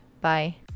Bye